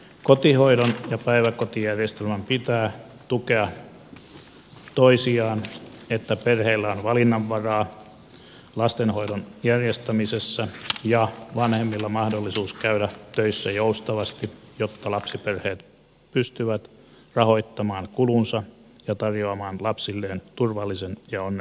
kotihoidon ja päiväkotijärjestelmän pitää tukea toisiaan että perheillä on valinnanvaraa lastenhoidon järjestämisessä ja vanhemmilla mahdollisuus käydä töissä joustavasti jotta lapsiperheet pystyvät rahoittamaan kulunsa ja tarjoamaan lapsilleen turvallisen ja onnellisen kodin